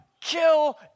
kill